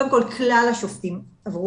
קודם כל ככלל השופטים עברו